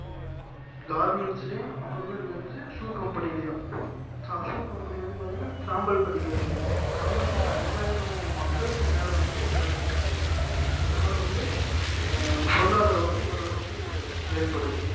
கார்மெண்ட்ஸ்லியும் அப்புறமேட்டு வந்து ஷூ கம்பெனிலியும் சா ஷூ கம்பெனியில் வந்து பார்த்திங்கனா சாம்பல்பட்டியில் இருக்குது சாம்பல்பட்டியில் அஞ்சாயிரம் மக்களுக்கு மேலே வந்து வேலை செய்கிறாங்க அதனால் வந்து பொருளாதாரம் வந்து ஓரளவுக்கு செயல்படுது